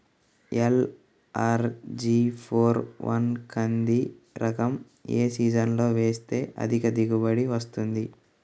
LRG four one కంది రకం ఏ సీజన్లో వేస్తె అధిక దిగుబడి వస్తుంది?